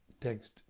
Text